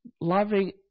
loving